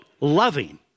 loving